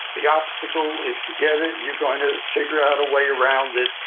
the obstacle, if you get it, you're going to figure out a way around it,